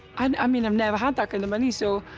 and i mean, i've never had that kind of money, so,